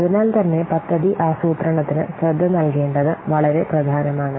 അതിനാൽത്തന്നെ പദ്ധതി ആസൂത്രണത്തിന് ശ്രദ്ധ നൽകേണ്ടത് വളരെ പ്രധാനമാണ്